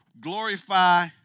Glorify